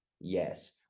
Yes